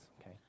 okay